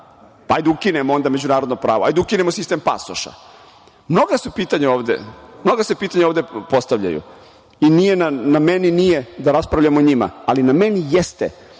Hajde da ukinemo onda međunarodno pravo. Hajde da ukinemo sistem pasoša. Mnoga se pitanja ovde postavljaju i na meni nije da raspravljam o njima, ali na meni jeste